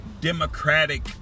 democratic